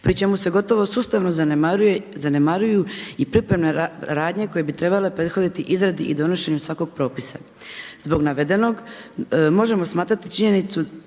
pri čemu se gotovo sustavno zanemaruju i pripremne radnje koje bi trebale prethoditi izradi i donošenju svakog propisa. Zbog navedenog možemo smatrati činjenicom